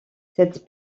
cette